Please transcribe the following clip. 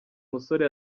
musore